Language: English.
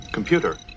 computer